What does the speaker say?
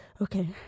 Okay